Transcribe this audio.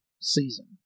season